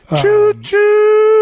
Choo-choo